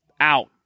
out